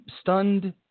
stunned